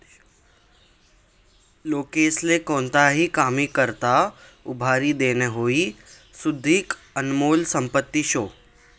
लोकेस्ले कोणताही कामी करता उभारी देनं हाई सुदीक आनमोल संपत्ती शे